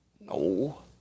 No